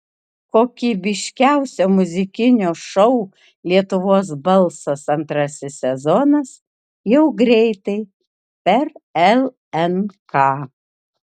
kokybiškiausio muzikinio šou lietuvos balsas antrasis sezonas jau greitai per lnk